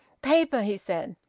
paper, he said.